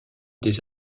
des